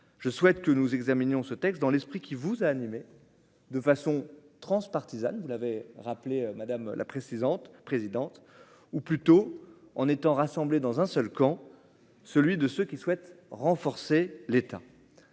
je souhaite que nous examinions ce texte dans l'esprit qui vous a animé de façon transpartisane, vous l'avez rappelé madame la précisant et présidente ou plutôt en étant rassemblés dans un seul camp, celui de ceux qui souhaitent renforcer l'État